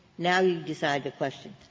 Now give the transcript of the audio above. now you decide the question.